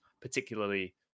particularly